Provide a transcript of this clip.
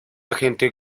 agente